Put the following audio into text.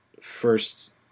first